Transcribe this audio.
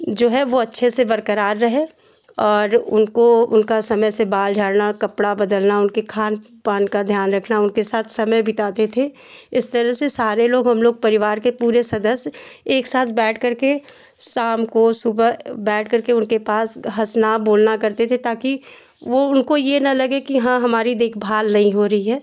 जो है वह अच्छे से बरकरार रहे और उनको उनका समय से बाल झाड़ना और कपड़ा बदलना उनके खानपान का ध्यान रखना उसके साथ समय बिताते थे इस तरह से सारे लोग हमलोग परिवार के पूरे सदस्य एक साथ बैठ करके शाम को सुबह बैठ करके उनके पास हँसना बोलना करते थे ताकि वह उनको यह न लगे कि हाँ हमारी देखभाल नहीं हो रही है